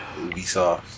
Ubisoft